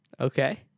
Okay